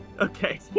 Okay